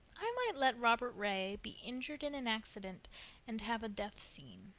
i might let robert ray be injured in an accident and have a death scene.